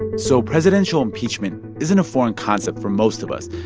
so presidential impeachment isn't a foreign concept for most of us.